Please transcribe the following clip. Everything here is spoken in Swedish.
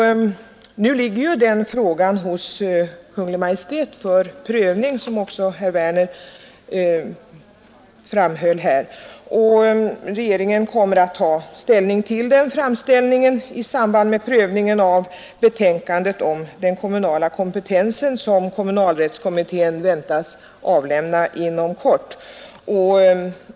Nu ligger denna fråga hos Kungl. Maj:t för prövning, vilket herr Werner också framhöll. Regeringen kommer att ta ställning till denna framställning i samband med prövningen av det betänkande om den kommunala kompetensen som kommunalrättskommittén väntas avlämna inom kort.